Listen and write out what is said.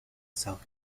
south